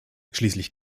schließlich